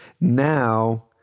now